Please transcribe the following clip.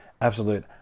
absolute